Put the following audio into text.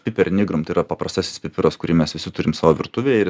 piper nigrum tai yra paprastasis pipiras kurį mes visi turim savo virtuvėj ir